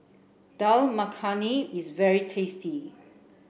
Dal Makhani is very tasty